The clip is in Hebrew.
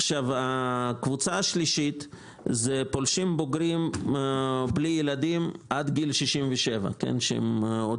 הקבוצה השלישית זה פולשים בוגרים עד גיל 67 ללא ילדים שהם לא